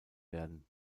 werden